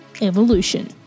Evolution